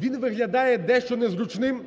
Він виглядає дещо незручним,